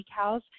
decals